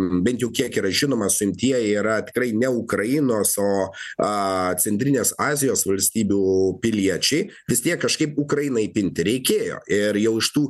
bent jau kiek yra žinoma suimtieji yra tikrai ne ukrainos o centrinės azijos valstybių piliečiai vis tiek kažkaip ukrainai įpinti reikėjo ir jau iš tų